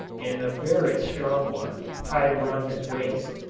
and a very strong one, tied around his waist.